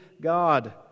God